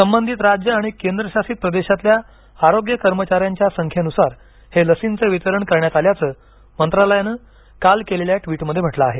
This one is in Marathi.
संबंधित राज्य आणि केंद्र शासित प्रदेशातल्या आरोग्य कर्मचाऱ्यांच्या संख्येनुसार हे लसींचं वितरण करण्यात आल्याचं मंत्रालयानं काल केलेल्या ट्वीटमध्ये म्हटलं आहे